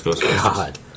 God